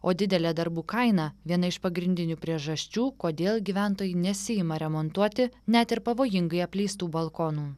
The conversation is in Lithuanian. o didelė darbų kaina viena iš pagrindinių priežasčių kodėl gyventojai nesiima remontuoti net ir pavojingai apleistų balkonų